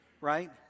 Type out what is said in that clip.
right